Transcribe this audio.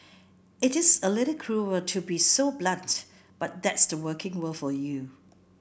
it is a little cruel to be so blunt but that's the working world for you